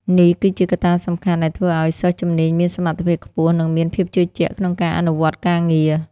នេះគឺជាកត្តាសំខាន់ដែលធ្វើឱ្យសិស្សជំនាញមានសមត្ថភាពខ្ពស់និងមានភាពជឿជាក់ក្នុងការអនុវត្តការងារ។